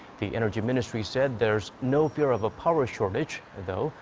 the energy ministry said there's no fear of a power shortage, though.